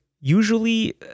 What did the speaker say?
usually